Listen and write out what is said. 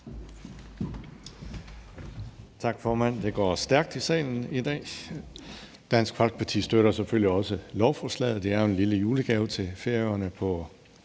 Tak, formand. Det går stærkt i salen i dag. Dansk Folkeparti støtter selvfølgelig også lovforslaget, det er jo en lille julegave til Færøerne på